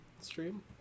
stream